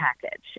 package